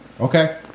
Okay